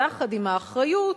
יחד עם האחריות,